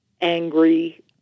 angry